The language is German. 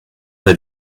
der